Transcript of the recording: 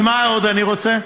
ומה עוד אני רוצה?